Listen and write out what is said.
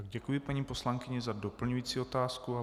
Děkuji paní poslankyni za doplňující otázku.